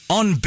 on